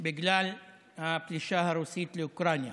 בגלל הפלישה הרוסית לאוקראינה.